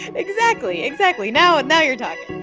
exactly. exactly. now and now you're talking